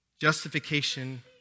Justification